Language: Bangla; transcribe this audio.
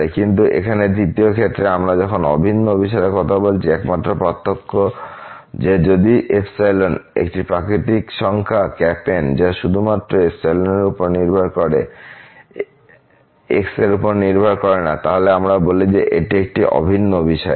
কিন্তু এখানে দ্বিতীয় ক্ষেত্রে যখন আমরা অভিন্ন অভিসারের কথা বলছি একমাত্র পার্থক্য হল যে যদি একটি প্রাকৃতিক সংখ্যা N যা শুধুমাত্র এর উপর নির্ভর করে x এর উপর করে না তাহলে আমরা বলি যে এটি একটি অভিন্ন অভিসারী